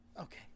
Okay